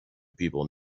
people